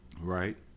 Right